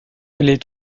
les